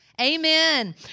Amen